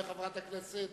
תודה רבה לחברת הכנסת